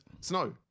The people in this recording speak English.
snow